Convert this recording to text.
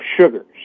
sugars